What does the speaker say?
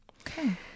Okay